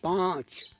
पाँच